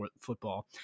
football